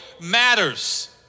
matters